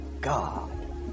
God